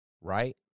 Right